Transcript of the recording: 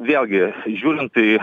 vėlgi žiūrint į